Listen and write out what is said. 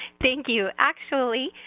thank you. actually,